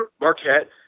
Marquette